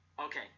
Okay